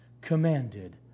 commanded